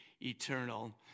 eternal